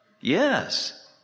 Yes